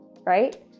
right